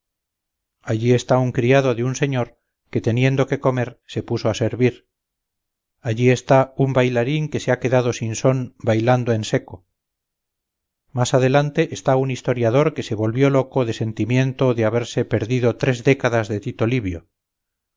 allí está un criado de un señor que teniendo qué comer se puso a servir allí está un bailarín que se ha quedado sin son bailando en seco más adelante está un historiador que se volvió loco de sentimiento de haberse perdido tres décadas de tito livio